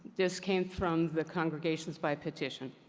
this came from the congregations by petition.